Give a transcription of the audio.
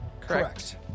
Correct